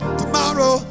tomorrow